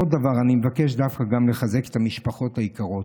עוד דבר: אני מבקש דווקא לחזק גם את המשפחות היקרות.